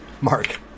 Mark